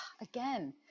again